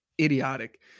idiotic